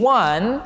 one